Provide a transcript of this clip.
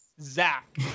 Zach